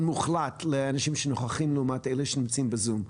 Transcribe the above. מוחלט לאנשים שנוכחים לעומת אלה שנמצאים בזום,